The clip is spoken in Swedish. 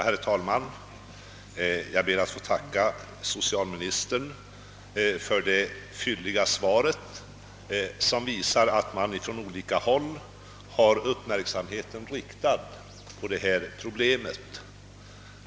Herr talman! Jag ber att få tacka socialministern för det fylliga svaret, som visar att man på olika håll har sin uppmärksamhet riktad på detta problem.